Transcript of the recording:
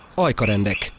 ajkarendek.